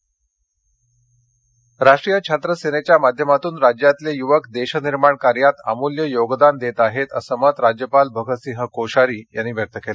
राज्यपाल एनसीसी राष्ट्रीय छात्र सेनेच्या माध्यमातून राज्यातले युवक देश निर्माण कार्यात अमुल्य योगदान देत आहेत असं मत राज्यपाल भगतसिंह कोश्यारी यांनी व्यक्त केलं